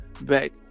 back